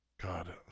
God